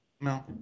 No